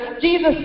Jesus